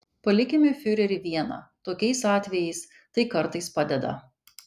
palikime fiurerį vieną tokiais atvejais tai kartais padeda